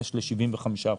זה 25%-75%.